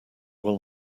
will